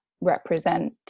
represent